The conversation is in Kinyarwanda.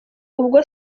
ubwo